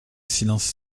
silence